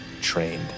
trained